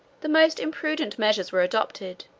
the most imprudent measures were adopted,